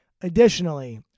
Additionally